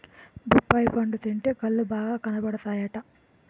బొప్పాయి పండు తింటే కళ్ళు బాగా కనబడతాయట